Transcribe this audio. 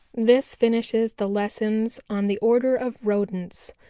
this finishes the lessons on the order of rodents,